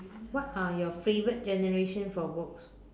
what are your favorite generation for books